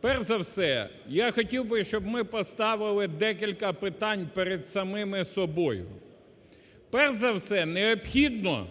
перш за все я хотів би, щоб ми поставили декілька питань перед самими собою, перш за все необхідно